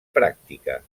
pràctica